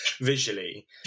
visually